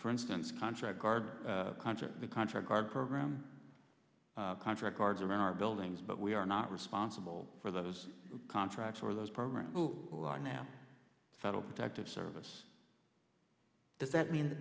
for instance contract guard contract the contract guard program contract guards around our buildings but we are not responsible for those contracts or those programs who are now federal protective service does that mean